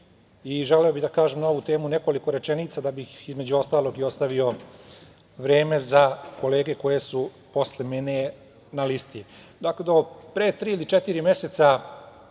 bih na ovu temu da kažem nekoliko rečenica da bih, između ostalog, ostavio vreme za kolege koje su posle mene na listi. Do pre tri ili četiri meseca,